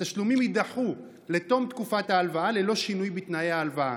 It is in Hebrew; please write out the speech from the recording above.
התשלומים יידחו לתום תקופת ההלוואה ללא שינוי בתנאי ההלוואה.